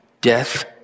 death